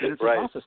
Right